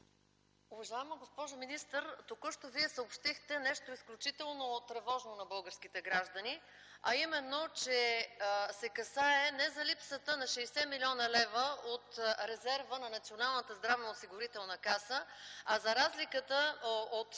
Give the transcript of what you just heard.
Уважаема госпожо министър, току що Вие съобщихте нещо изключително тревожно на българските граждани, а именно, че се касае не за липсата на 60 млн. лв. от резерва на Националната здравноосигурителна каса, а за разликата от